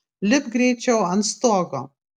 lipk greičiau ant stogo